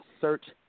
search